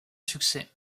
succès